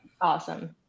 awesome